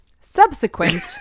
Subsequent